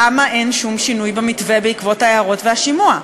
למה אין שום שינוי במתווה בעקבות ההערות והשימוע.